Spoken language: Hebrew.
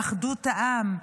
באחדות העם,